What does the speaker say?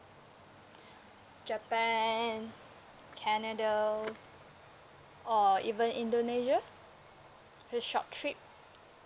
japan canada or even indonesia a short trip